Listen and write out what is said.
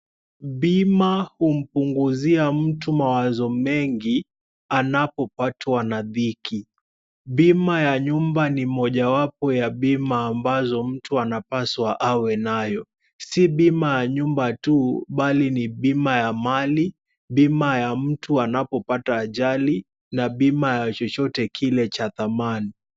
Bima humpunguzia mtu mawazo mengi anapopatwa na dhiki. Bima ya nyumba ni mojawapo ya bima ambazo mtu anapaswa awe nayo, si bima ya nyumba tu, bali ni bima ya mali, bima ya mtu anapopata ajali na bima ya chochote kile cha thamani.